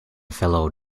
fellow